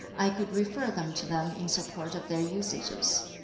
i could refer them to them in support of their usages.